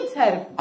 help